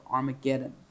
Armageddon